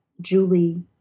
Julie